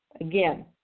again